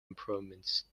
improvements